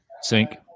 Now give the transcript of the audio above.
Sink